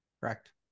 Correct